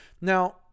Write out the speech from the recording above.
now